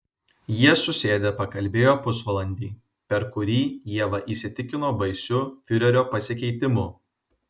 jie susėdę pakalbėjo pusvalandį per kurį ieva įsitikino baisiu fiurerio pasikeitimu